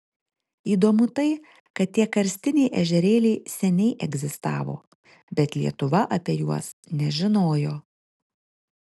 įdomu tai kad tie karstiniai ežerėliai seniai egzistavo bet lietuva apie juos nežinojo